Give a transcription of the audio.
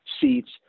seats